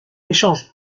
échange